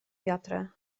wiatry